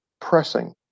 pressing